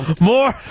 more